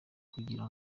kugira